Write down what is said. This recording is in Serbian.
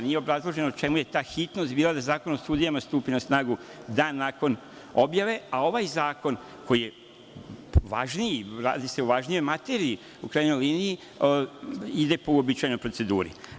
Nije obrazloženo u čemu je ta hitnost bila da Zakon o sudijama stupi na snagu dan nakon objave, a ovaj zakon koji je važniji, radi se o važnijoj materiji, u krajnjoj liniji, ide po uobičajenoj proceduri.